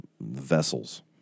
vessels